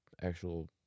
actual